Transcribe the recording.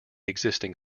existing